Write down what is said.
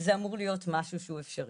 זה אמור להיות משהו שהוא אפשרי.